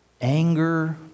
anger